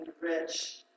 rich